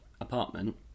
apartment